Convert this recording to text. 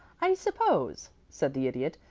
i suppose, said the idiot,